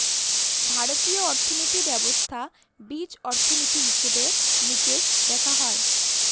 ভারতীয় অর্থনীতি ব্যবস্থার বীজ অর্থনীতি, হিসেব নিকেশ দেখা হয়